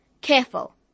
Careful